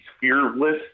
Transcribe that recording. fearless